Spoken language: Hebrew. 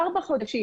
ארבעה חודשים.